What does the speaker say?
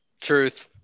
Truth